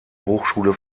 hochschule